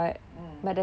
mm